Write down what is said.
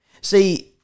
See